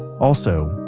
also,